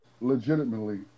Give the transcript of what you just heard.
legitimately